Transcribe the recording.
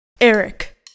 Eric